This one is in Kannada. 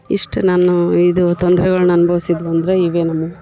ಇಷ್ಟು ನಾನು ಇದು ತೊಂದರೆಗಳ್ನ ಅನ್ಬವ್ಸಿದ್ವು ಅಂದ್ರೆ ಇವೇ ನಮೂ